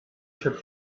should